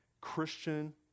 Christian